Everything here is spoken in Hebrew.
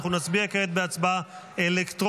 אנחנו נצביע כעת בהצבעה אלקטרונית,